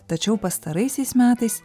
tačiau pastaraisiais metais